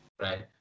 Right